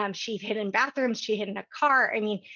um she hid in bathrooms. she hid in a car i mean,